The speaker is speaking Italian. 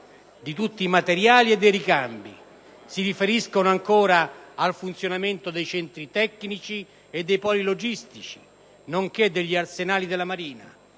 di tutti i materiali e dei ricambi. Si riferiscono, ancora, al funzionamento dei centri tecnici e dei poli logistici, nonché degli arsenali della marina,